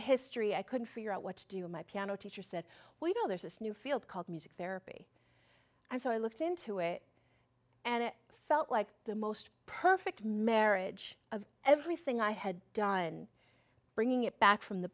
history i couldn't figure out what to do in my piano teacher said why don't there's this new field called music therapy and so i looked into it and it felt like the most perfect marriage of everything i had done bringing it back from the